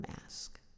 mask